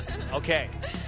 Okay